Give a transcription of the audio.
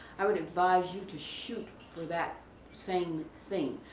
i would advise you to shoot for that same thing.